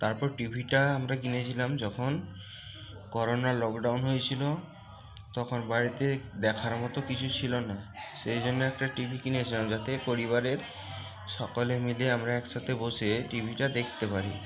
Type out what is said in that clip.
তারপর টিভিটা আমরা কিনেছিলাম যখন করোনা লকডাউন হয়েছিলো তখন বাড়িতে দেখার মতো কিছুই ছিলো না সেই জন্য একটা টিভি কিনেছিলাম যাতে পরিবারের সকলে মিলে আমরা একসাথে বসে টিভিটা দেখতে পারি